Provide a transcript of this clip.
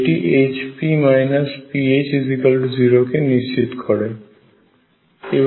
যেটি Hp pH0 কে নিশ্চিত করে